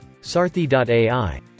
Sarthi.ai